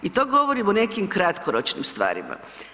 I to govorim o nekim kratkoročnim stvarima.